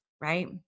right